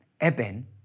Eben